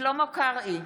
שלמה קרעי,